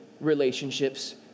relationships